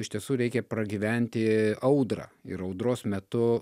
iš tiesų reikia pragyventi audrą ir audros metu